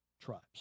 tribes